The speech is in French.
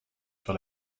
sur